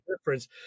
difference